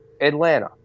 Atlanta